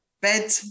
bed